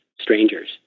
strangers